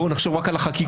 בואו נחשוב רק על החקיקה,